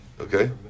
Okay